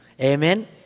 Amen